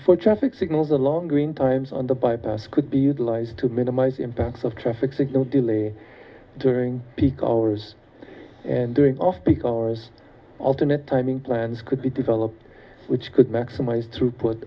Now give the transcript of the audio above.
for traffic signals a long green times on the bypass could be utilized to minimize impacts of traffic signal delay during peak hours and during off peak hours alternate timing plans could be developed which could maximize throughput